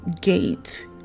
gate